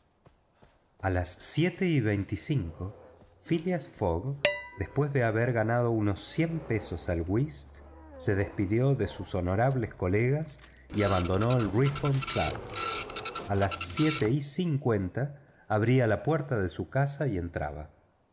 a las siete y veinticinco phileas fogg después de haber ganado unas veinte guineas al whist se despidió de sus honorables colegas y abandonó el reform club a las siete y cincuenta abría la puerta de su casa y entraba